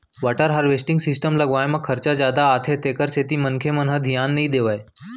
water harvesting system लगवाए म खरचा जादा आथे तेखर सेती मनखे मन ह धियान नइ देवय